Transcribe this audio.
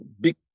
big